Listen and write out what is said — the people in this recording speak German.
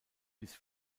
bis